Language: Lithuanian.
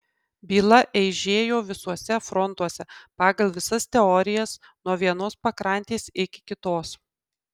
byla eižėjo visuose frontuose pagal visas teorijas nuo vienos pakrantės iki kitos